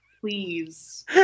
please